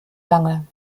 lange